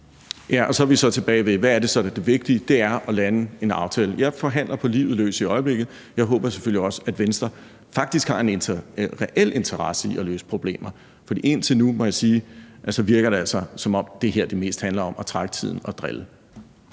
Så er vi så tilbage til, hvad der er det vigtige, og det er at lande en aftale. Jeg forhandler i øjeblikket på livet løs, og jeg håber selvfølgelig også, at Venstre faktisk har en reel interesse i at løse problemet, for jeg må sige, at det indtil nu altså virker, som om det her mest handler om at trække tiden ud og drille.